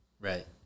Right